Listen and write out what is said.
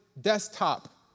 desktop